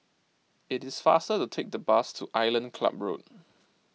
it is faster to take the bus to Island Club Road